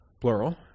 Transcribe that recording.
plural